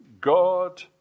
God